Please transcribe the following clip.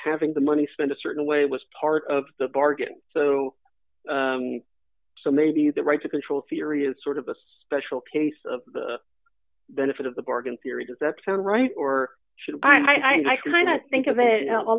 having the money spent a certain way was part of the bargain so so maybe the right to control theory is sort of this special case of the foot of the bargain theory does that sound right or should i kind of think of it